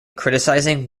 criticizing